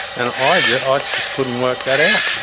and i yeah ah just couldn't work that out.